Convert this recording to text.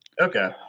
Okay